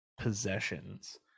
possessions